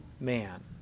man